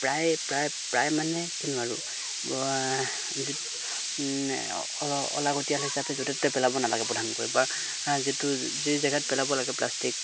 প্ৰায় প্ৰায় প্ৰায় মানে কি নো আৰু যি অলাগটিয়াল হিচাপে য'তে ত'তে পেলাব নালাগে প্ৰধানকৈ বা যিটো যি জেগাত পেলাব লাগে প্লাষ্টিক